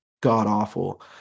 god-awful